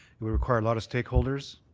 we require a lot of stakeholders,